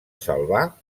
salvar